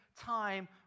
time